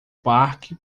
parque